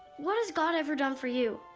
what has god ever done for you?